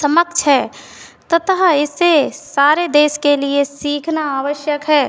समक्ष है तथा इससे सारे देश के लिए सीखना आवश्यक है